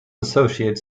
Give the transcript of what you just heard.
associate